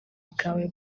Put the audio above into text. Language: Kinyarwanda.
bwawe